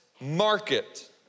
market